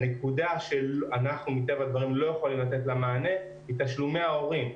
הנקודה שמטבע הדברים לא יכולים לתת לה מענה היא תשלומי ההורים.